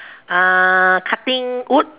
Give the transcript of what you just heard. uh cutting wood